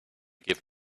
give